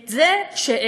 את זה שסיימו